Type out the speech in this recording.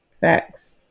Facts